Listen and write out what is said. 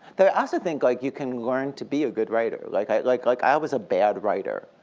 though i also think like you can learn to be a good writer. like i like like i was a bad writer.